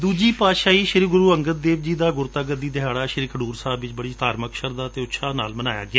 ਦੁਜੀ ਪਾਤਸ਼ਾਹੀ ਸ੍ਰੀ ਗੁਰੁ ਅੰਗਦੇਵ ਜੀ ਦਾ ਗੁਰਤਾ ਗੱਦੀ ਦਿਹਾੜਾ ਸ੍ਰੀ ਖਡੁਰ ਸਾਹਿਬ ਵਿਚ ਬੜੀ ਧਾਰਮਿਕ ਸ਼ਰਧਾ ਅਤੇ ਉਤਸ਼ਾਹ ਨਾਲ ਮਨਾਇਆ ਗਿਆ